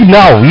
now